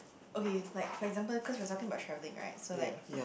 okay like for example cause we are talking about travelling right so like